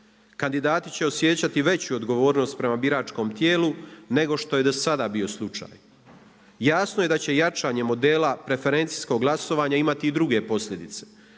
Kandidati će osjećati veću odgovornost prema biračkom tijelu nego što je do sada bio slučaj. Jasno je da će jačanjem modela preferencijskog glasovanja imati i druge posljedice,